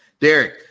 Derek